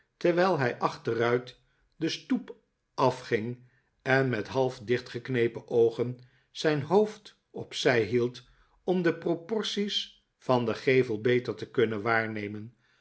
terwijl hij achteruit de stoep afging en met half dichtgeknepen oogen zijn hoofd op zij hield om de proporties van den gevel beter te kunnen waarnemen